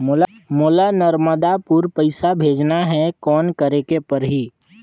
मोला नर्मदापुर पइसा भेजना हैं, कौन करेके परही?